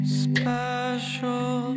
special